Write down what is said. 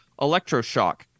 electroshock